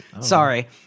Sorry